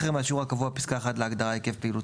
שיעור אחר מהשיעור הקבוע בפסקה (1) להגדרה "היקף פעילות